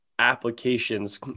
applications